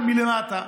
אבל מלמטה,